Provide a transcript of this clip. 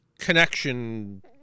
connection